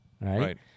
right